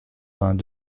vingt